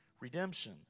redemption